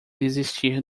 desistir